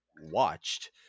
watched